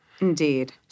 Indeed